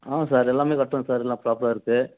ஆமாம் சார் எல்லாமே கட்டுறோம் சார் எல்லாம் ப்ராப்பராக இருக்கு